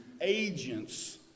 agents